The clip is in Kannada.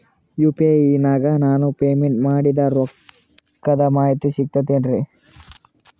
ಯು.ಪಿ.ಐ ನಾಗ ನಾನು ಪೇಮೆಂಟ್ ಮಾಡಿದ ರೊಕ್ಕದ ಮಾಹಿತಿ ಸಿಕ್ತಾತೇನ್ರೀ?